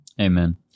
Amen